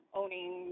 owning